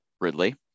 Ridley